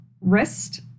wrist